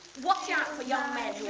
watch out for young men